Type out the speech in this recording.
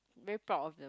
very proud of them